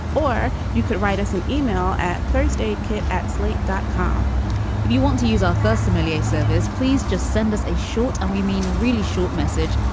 or you could write us an email at first aid kit at slate dot com if you want to use our first familiar service, please just send us a short and we mean really short message.